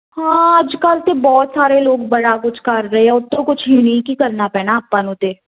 ਹਾਂ ਅੱਜ ਕੱਲ੍ਹ ਤਾਂ ਬਹੁਤ ਸਾਰੇ ਲੋਕ ਬੜਾ ਕੁਛ ਕਰ ਰਹੇ ਆ ਉਤੋਂ ਕੁਛ ਯੁਨੀਕ ਹੀ ਕਰਨਾ ਪੈਣਾ ਆਪਾਂ ਨੂੰ ਤਾਂ